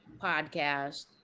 podcast